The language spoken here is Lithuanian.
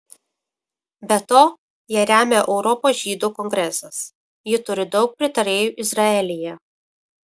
be to ją remia europos žydų kongresas ji turi daug pritarėjų izraelyje